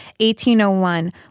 1801